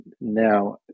now